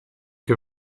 che